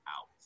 out